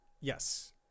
yes